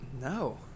No